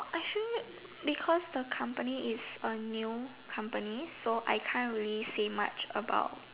I feel because the company is a new company so I can't really say much about